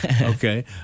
okay